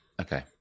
okay